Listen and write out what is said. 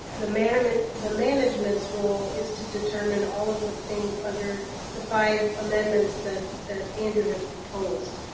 the management's the management's role is to determine all of the things under the five amendments that that andrew has proposed.